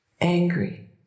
angry